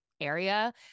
area